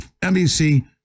NBC